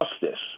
justice